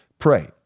pray